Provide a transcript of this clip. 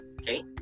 Okay